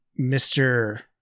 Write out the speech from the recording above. mr